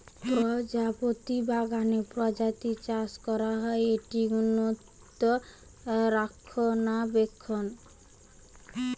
প্রজাপতি বাগানে প্রজাপতি চাষ করা হয়, এটি উন্নত রক্ষণাবেক্ষণ